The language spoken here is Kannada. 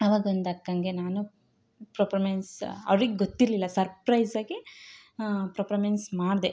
ಅವಾಗಿಂದ ಅಕ್ಕಂಗೆ ನಾನು ಪ್ರೊಪ್ರೊಮೆನ್ಸ್ ಅವ್ಳಿಗೆ ಗೊತ್ತಿರಲಿಲ್ಲ ಸರ್ಪ್ರೈಸ್ ಆಗಿ ಪ್ರೊಪ್ರೊಮೆನ್ಸ್ ಮಾಡಿದೆ